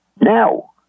Now